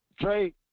Trey